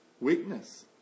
weakness